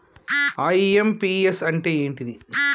IMPS అంటే ఏంటిది?